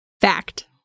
Fact